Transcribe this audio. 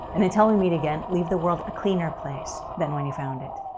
and until we meet again, leave the world a cleaner place than when you found it.